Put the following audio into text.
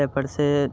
ताहिपरसँ